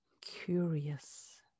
curious